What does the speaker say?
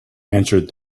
answered